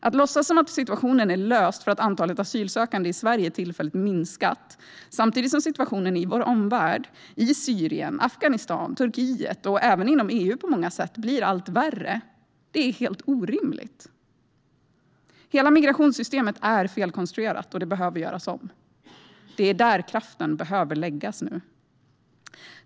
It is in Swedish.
Att låtsas som att situationen är löst för att antalet asylsökande i Sverige tillfälligt minskat samtidigt som situationen i vår omvärld, i Syrien, Afghanistan, Turkiet och även inom EU på många sätt, blir allt värre är helt orimligt. Hela migrationssystemet är felkonstruerat och behöver göras om. Det är där kraften behöver läggas.